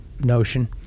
notion